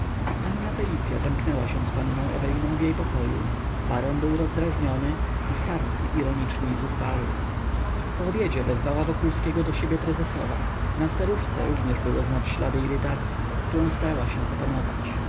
panna felicya zamknęła się z panną eweliną w jej pokoju baron był rozdrażniony a starski ironiczny i zuchwały po obiedzie wezwała wokulskiego do siebie prezesowa na staruszce również było znać ślady irytacyi którą starała się opanować